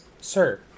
Sir